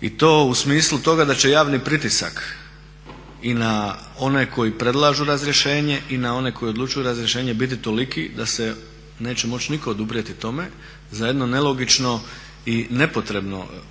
I to u smislu toga da će javni pritisak i na one koji predlažu razrješenje i na one koji odlučuju o razrješenju biti toliko da se neće moći nitko oduprijeti tome za jedno nelogično i